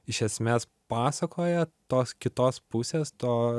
iš esmės pasakoja tos kitos pusės to